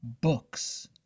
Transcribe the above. Books